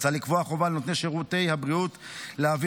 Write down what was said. מוצע לקבוע חובה על נותני שירותי הבריאות להעביר